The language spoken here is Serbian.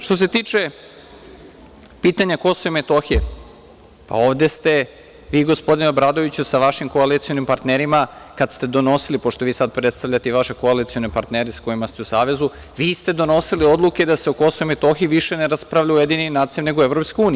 Što se tiče pitanja KiM, pa ovde ste vi, gospodine Obradoviću, sa vašim koalicionim partnerima, kad ste donosili, pošto vi sad predstavljate i vaše koalicione partnere sa kojima ste u savezu, vi ste donosili odluke da se o KiM više ne raspravlja u UN, nego u EU.